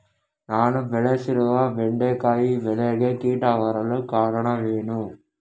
ನಾನು ಬೆಳೆಸಿರುವ ಬೆಂಡೆಕಾಯಿ ಬೆಳೆಗೆ ಕೀಟ ಬರಲು ಕಾರಣವೇನು?